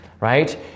right